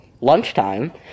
lunchtime